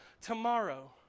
tomorrow